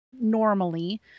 normally